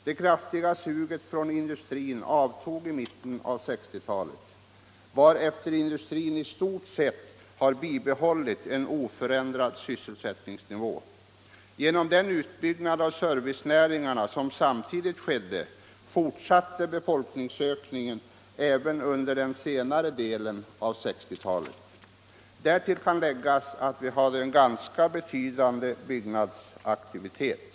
Det kraftiga suget från industrin avtog i mitten av 1960-talet, varefter industrin i stort sett har haft en oförändrad sysselsättningsnivå. Men debatt debatt genom den utbyggnad av servicenäringarna som skedde fortsatte befolkningsökningen även under senare delen av 1960-talet. Därtill kan läggas att vi hade en ganska betydande byggnadsaktivitet.